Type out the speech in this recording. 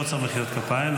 לא צריך מחיאות כפיים,